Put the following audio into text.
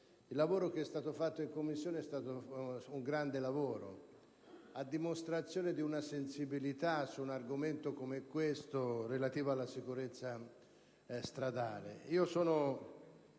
il lavoro svolto in Commissione è stato importante, a dimostrazione della sensibilità su un argomento come questo, relativo alla sicurezza stradale.